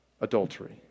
adultery